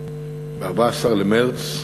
ב-14 במרס 1879,